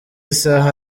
saha